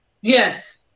Yes